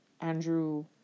Andrew